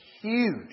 huge